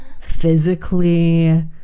physically